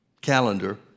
calendar